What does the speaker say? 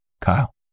Kyle